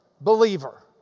believer